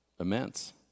Immense